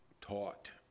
taught